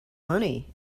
money